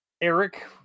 Eric